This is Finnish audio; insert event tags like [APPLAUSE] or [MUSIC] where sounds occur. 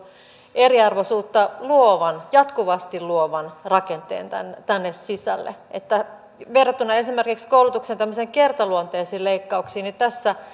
eriarvoisuutta jatkuvasti luovan rakenteen tänne tänne sisälle verrattuna esimerkiksi koulutuksen tämmöisiin kertaluonteisiin leikkauksiin tässä [UNINTELLIGIBLE]